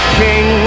king